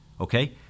okay